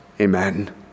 Amen